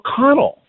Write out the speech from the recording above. McConnell